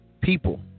people